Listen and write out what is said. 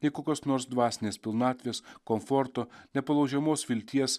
nei kokios nors dvasinės pilnatvės komforto nepalaužiamos vilties